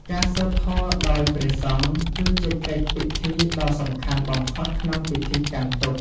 ការសូត្រធម៌ដោយព្រះសង្ឃ គឺជាកិច្ចពិធីដ៏សំខាន់បំផុតក្នុងពិធីកាន់ទុក្ខ។